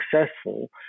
successful